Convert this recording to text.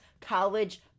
college